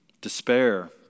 despair